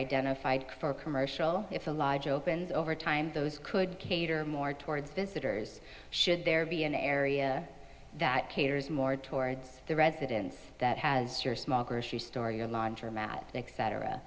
identified for commercial if a large opens over time those could cater more towards visitors should there be an area that caters more towards the residents that has your small grocery store your laundromat next cetera